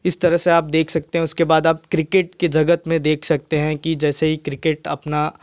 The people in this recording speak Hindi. इस तरह से आप देख सकते हैं उसके बाद आप क्रिकेट के जगत में देख सकते हैं की जैसे क्रिकेट अपना